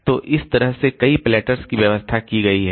तो इस तरह से कई प्लैटर्स की व्यवस्था की गई है